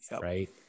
right